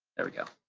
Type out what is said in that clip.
there we go.